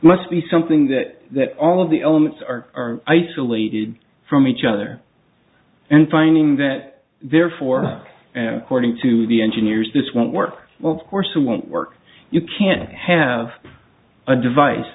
must be something that that all of the elements are isolated from each other and finding that therefore according to the engineers this won't work well of course it won't work you can't have a device